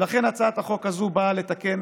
ולכן, הצעת החוק הזאת באה לתקן